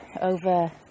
over